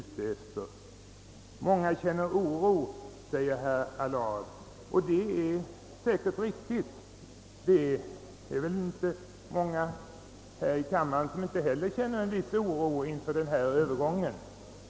Många känner oro, säger herr Allard, och det är säkert riktigt. Det är väl många också här i kammaren som känner en viss oro inför denna övergång.